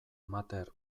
matter